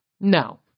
No